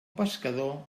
pescador